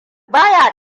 baya